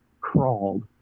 crawled